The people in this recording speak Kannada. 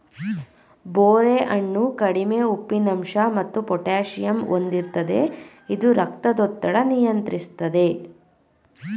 ಬೋರೆ ಹಣ್ಣು ಕಡಿಮೆ ಉಪ್ಪಿನಂಶ ಮತ್ತು ಪೊಟ್ಯಾಸಿಯಮ್ ಹೊಂದಿರ್ತದೆ ಇದು ರಕ್ತದೊತ್ತಡ ನಿಯಂತ್ರಿಸ್ತದೆ